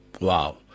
Wow